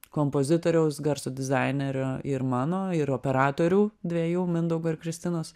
kompozitoriaus garso dizainerio ir mano ir operatorių dviejų mindaugo ir kristinos